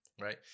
Right